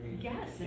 Yes